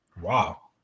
Wow